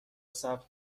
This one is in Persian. صبر